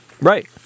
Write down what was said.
Right